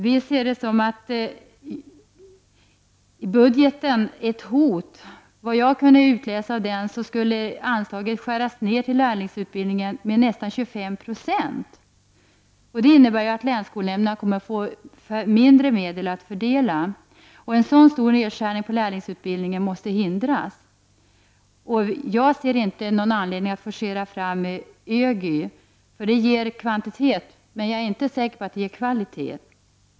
Vi ser årets budgetförslag som ett hot. Enligt vad jag kunde utläsa av förslaget skulle anslaget till lärlingsutbildningen skäras ned med nästan 25 20. Det innebär att länsskolnämnderna kommer att få mindre medel att fördela. En sådan stor nedskärning på lärlingsutbildningen måste förhindras. Jag ser inte någon anledning att forcera fram ÖGY. Det ger kvantitet, men jag är inte säker på att det ger kvalitet.